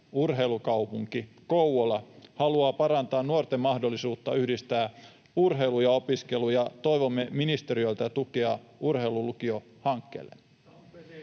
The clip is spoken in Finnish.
urheilukaupunki Kouvola haluaa parantaa nuorten mahdollisuutta yhdistää urheilu ja opiskelu ja toivomme ministeriöltä tukea urheilulukiohankkeelle.